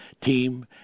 team